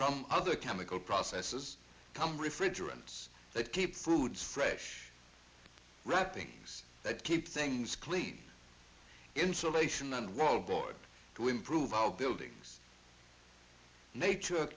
from other chemical processes come refrigerants that keep food fresh wrap things that keep things clean insulation and wallboard to improve our buildings nature